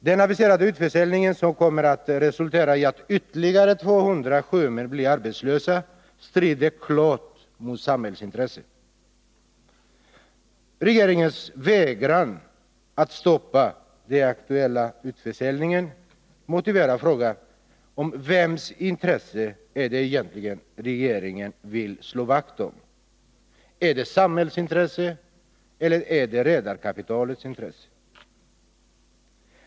Den aviserade utförsäljningen, som kommer att resultera i att ytterligare 200 sjömän blir arbetslösa, strider klart mot samhällets intressen. Regeringens vägran att stoppa den aktuella utförsäljningen motiverar frågan: Vems intressen är det egentligen regeringen vill slå vakt om? Är det samhällets eller redarkapitalets?